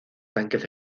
tanques